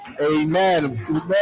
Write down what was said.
Amen